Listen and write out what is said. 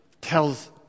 tells